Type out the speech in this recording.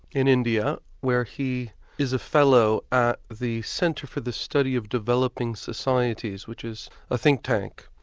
in india, where he is a fellow at the centre for the study of developing societies, which is a think-tank.